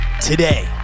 Today